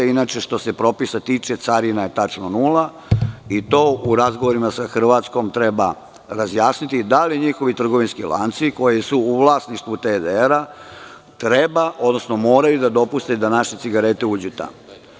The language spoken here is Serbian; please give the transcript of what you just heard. Inače, što se propisa tiče, carina je tačno nula i to u razgovorima sa Hrvatskom treba razjasniti, da li njihovi trgovinski lanci koji su u vlasništvu TDR treba, odnosno moraju da dopuste da naše cigarete uđu tamo.